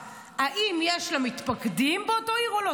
החבורה, האם יש לה מתפקדים באותה עיר או לא.